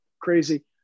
crazy